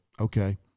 okay